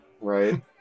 right